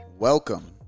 Welcome